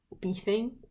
beefing